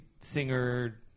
singer